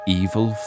evil